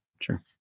Sure